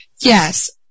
Yes